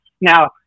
now